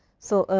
so,